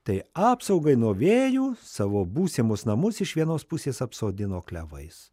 tai apsaugai nuo vėjų savo būsimus namus iš vienos pusės apsodino klevais